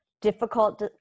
difficult